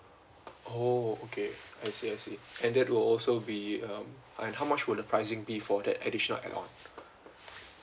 oh okay I see I see and that will also be um how much would the pricing be for that additional add on